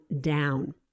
down